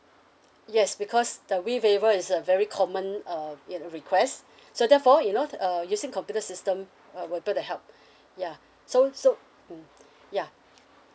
yes because the we waiver is a very common um you know request so therefore you know uh using computer system uh we'll be able to help yeah so so mm yeah